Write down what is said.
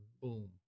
boom